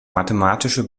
mathematische